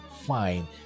fine